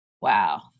Wow